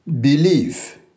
Believe